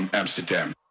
Amsterdam